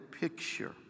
picture